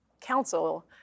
council